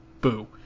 Boo